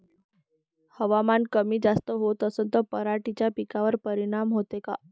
हवामान कमी जास्त होत असन त पराटीच्या पिकावर परिनाम होते का?